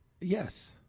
Yes